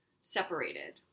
separated